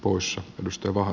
oulussa edustava